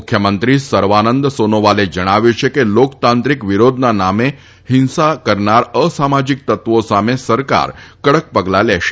મુખ્યમંત્રી સર્વાનંદ સોનોવાલે જણાવ્યું છે કે લોકતાંત્રિક વિરોધના નામે હિંસા કરનાર અસામાજીક તત્વો સામે સરકાર કડક પગલાં લેશે